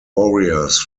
warriors